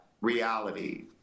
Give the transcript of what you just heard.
reality